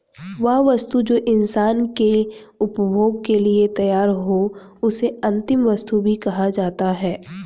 वह वस्तु जो इंसान के उपभोग के लिए तैयार हो उसे अंतिम वस्तु भी कहा जाता है